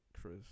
Chris